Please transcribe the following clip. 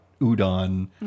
udon